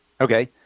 Okay